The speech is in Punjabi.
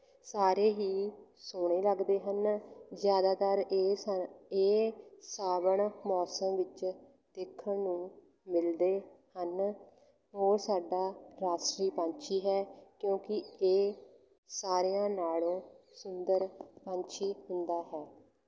ਸਾਰੇ ਹੀ ਸੋਹਣੇ ਲੱਗਦੇ ਹਨ ਜ਼ਿਆਦਾਤਰ ਇਹ ਸ ਇਹ ਸਾਵਣ ਮੌਸਮ ਵਿੱਚ ਦੇਖਣ ਨੂੰ ਮਿਲਦੇ ਹਨ ਮੋਰ ਸਾਡਾ ਰਾਸ਼ਟਰੀ ਪੰਛੀ ਹੈ ਕਿਉਂਕਿ ਇਹ ਸਾਰਿਆਂ ਨਾਲੋਂ ਸੁੰਦਰ ਪੰਛੀ ਹੁੰਦਾ ਹੈ